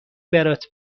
برات